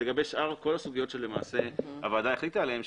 כך לגבי כל שאר הסוגיות שלמעשה הוועדה החליטה עליהן,